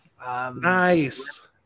Nice